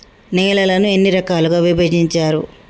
నేలలను ఎన్ని రకాలుగా విభజించారు?